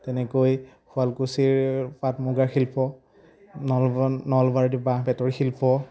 তেনেকৈ শুৱালকুছিৰ পাট মুগাৰ শিল্প নলবাৰীৰ বাঁহ বেতৰ শিল্প